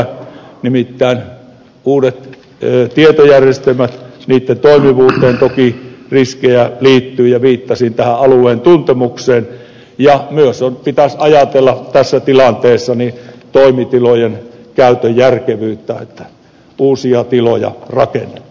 nimittäin uusien tietojärjestelmien toimivuuteen toki riskejä liittyy ja viittasin alueen tuntemukseen ja pitäisi myös ajatella tässä tilanteessa toimitilojen käytön järkevyyttä kun uusia tiloja rakennetaan